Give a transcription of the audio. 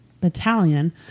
battalion